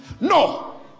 No